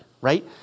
right